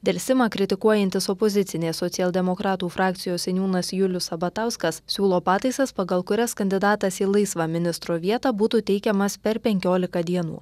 delsimą kritikuojantis opozicinės socialdemokratų frakcijos seniūnas julius sabatauskas siūlo pataisas pagal kurias kandidatas į laisvą ministro vietą būtų teikiamas per penkiolika dienų